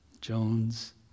Jones